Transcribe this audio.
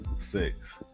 six